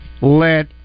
let